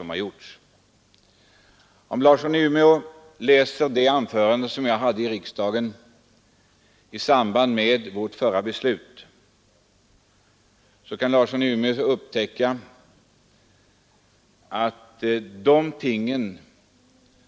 Om herr Larsson i Umeå läser mitt anförande i kammaren i samband med föregående beslut på detta område, skall han upptäcka att de krav